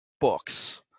books